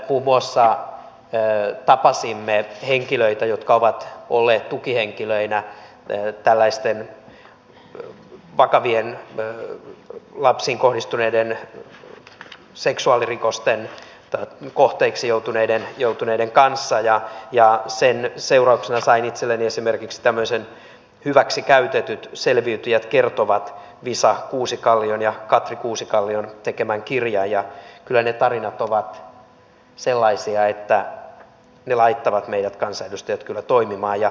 muun muassa tapasimme henkilöitä jotka ovat olleet tukihenkilöinä tällaisten vakavien lapsiin kohdistuneiden seksuaalirikosten kohteeksi joutuneille ja sen seurauksena sain itselleni esimerkiksi tämmöisen hyväksikäytetyt selviytyjät kertovat visa kuusikallion ja katri kuusikallion tekemän kirjan ja kyllä ne tarinat ovat sellaisia että ne laittavat meidät kansanedustajat kyllä toimimaan